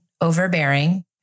overbearing